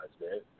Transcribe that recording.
man